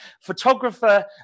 photographer